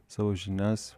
savo žinias